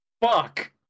Fuck